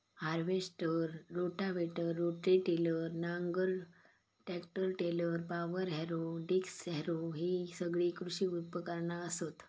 harvester, rotavator, rotary tiller, नांगर, tractor trailer, power harrow, disc harrow हि सगळी कृषी उपकरणा असत